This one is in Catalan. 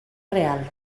real